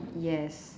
yes